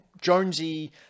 Jonesy